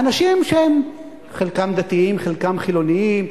האנשים שהם חלקם דתיים וחלקם חילונים,